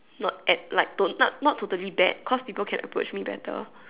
not at like don't not not totally bad cause people can approach me better